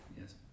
Yes